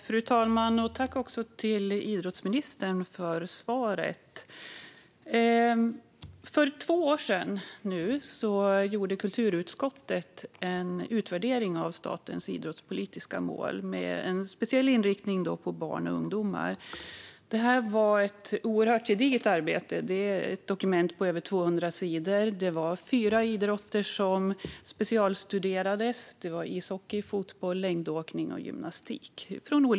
Fru talman! Jag tackar idrottsministern för svaret. För två år sedan gjorde kulturutskottet en utvärdering av statens idrottspolitiska mål, med speciell inriktning på barn och ungdomar. Det var ett gediget arbete som blev till ett dokument på över 200 sidor. Det var fyra idrotter som specialstuderades i olika delar av landet: ishockey, fotboll, längdåkning och gymnastik.